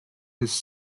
his